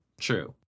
True